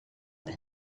love